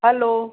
hello